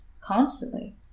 constantly